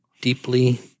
deeply